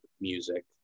music